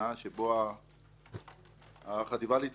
שבו החטיבה להתיישבות,